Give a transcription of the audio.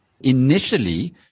Initially